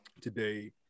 today